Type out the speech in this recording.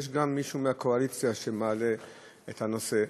יש גם מישהו מהקואליציה שמעלה את הנושא,